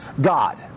God